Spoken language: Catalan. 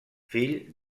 fill